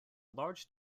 large